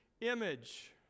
image